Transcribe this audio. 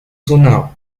sonaba